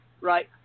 right